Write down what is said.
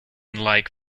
like